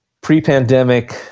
pre-pandemic